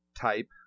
type